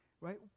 right